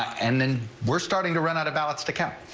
and then we're starting to run out of ballots to count.